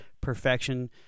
Perfection